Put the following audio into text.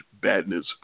badness